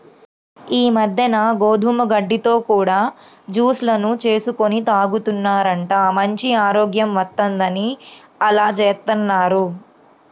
ఈ మద్దెన గోధుమ గడ్డితో కూడా జూస్ లను చేసుకొని తాగుతున్నారంట, మంచి ఆరోగ్యం వత్తందని అలా జేత్తన్నారు